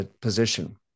position